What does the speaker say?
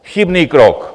Chybný krok.